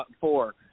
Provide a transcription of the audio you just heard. four